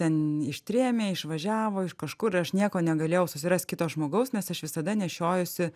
ten ištrėmė išvažiavo iš kažkur ir aš nieko negalėjau susirast kito žmogaus nes aš visada nešiojuosi